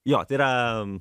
jo tai yra